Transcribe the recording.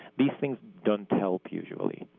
these things don't help usually.